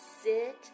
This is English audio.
sit